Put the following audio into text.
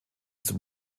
zum